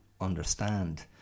understand